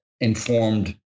informed